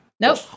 Nope